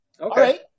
Okay